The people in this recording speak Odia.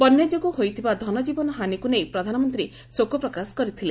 ବନ୍ୟାଯୋଗୁଁ ହୋଇଥିବା ଧନଜୀବନ ହାନିକୁ ନେଇ ପ୍ରଧାନମନ୍ତ୍ରୀ ଶୋକ ପ୍ରକାଶ କରିଥିଲେ